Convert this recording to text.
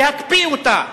להקפיא אותה,